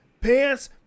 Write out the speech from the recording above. pants